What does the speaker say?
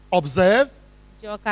observe